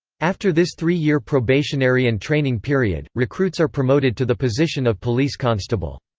after this three-year probationary and training period, recruits are promoted to the position of police constable.